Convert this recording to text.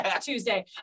Tuesday